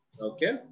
Okay